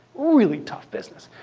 really tough business.